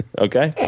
Okay